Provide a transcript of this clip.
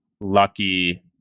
lucky